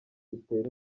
itere